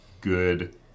good